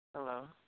Hello